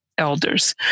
Elders